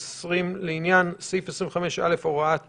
לעניין סעיף 25(א), הוראת תחילה,